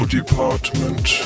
department